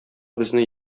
безне